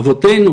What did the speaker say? אבותינו